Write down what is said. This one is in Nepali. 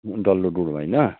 डल्लो डुँड होइन